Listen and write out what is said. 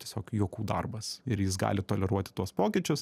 tiesiog juokų darbas ir jis gali toleruoti tuos pokyčius